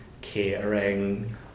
catering